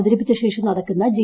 അവതരിപ്പിച്ചശേഷം നടക്കുന്ന് ജി